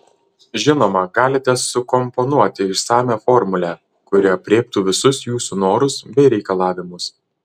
žinoma galite sukomponuoti išsamią formulę kuri aprėptų visus jūsų norus bei reikalavimus